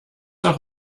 auch